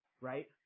right